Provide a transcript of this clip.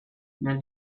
nel